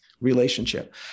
relationship